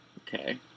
Okay